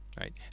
right